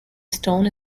stone